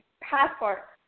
Passport